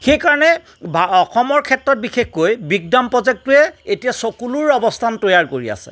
সেইকাৰণে অসমৰ ক্ষেত্ৰত বিশেষকৈ বিগ ডাম প্ৰজেক্টটোৱে এতিয়া চকুলোৰ অৱস্থান তৈয়াৰ কৰি আছে